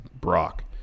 Brock